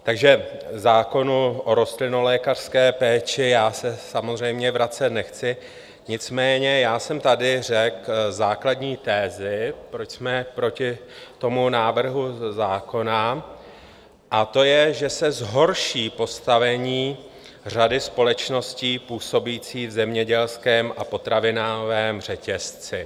Takže k zákonu o rostlinolékařské péči já se samozřejmě vracet nechci, nicméně jsem tady řekl základní tezi, proč jsme proti tomu návrhu zákona, a to je, že se zhorší postavení řady společností působících v zemědělském a potravinovém řetězci.